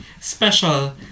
special